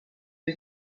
was